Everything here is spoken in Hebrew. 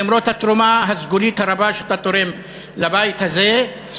למרות התרומה הסגולית הרבה שאתה תורם לבית הזה,